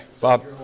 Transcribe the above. Bob